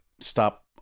stop